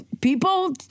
people